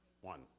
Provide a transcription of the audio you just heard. One